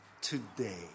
today